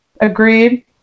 Agreed